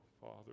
father